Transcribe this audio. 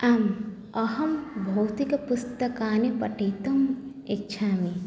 आम् अहं भौतिकपुस्तकानि पठितुम् इच्छामि